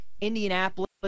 Indianapolis